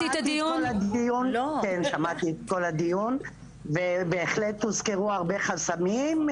כן שמעתי את כל הדיון ובהחלט הוזכרו הרבה חסמים.